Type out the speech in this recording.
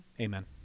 Amen